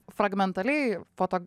fragmentaliai foto